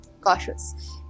cautious